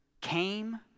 came